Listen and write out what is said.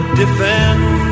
defend